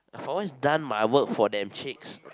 I've always done my work for them chicks